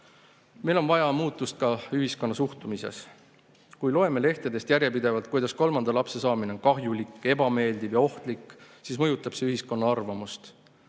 Meil on vaja muutust ka ühiskonna suhtumises. Kui loeme lehtedest järjepidevalt, kuidas kolmanda lapse saamine on kahjulik, ebameeldiv ja ohtlik, siis mõjutab see ühiskonna arvamust.